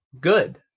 good